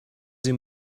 این